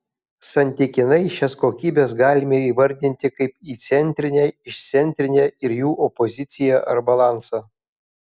santykinai šias kokybes galime įvardinti kaip įcentrinę išcentrinę ir jų opoziciją ar balansą